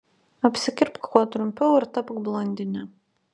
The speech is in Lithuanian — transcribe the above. apsikirpk kuo trumpiau ir tapk blondine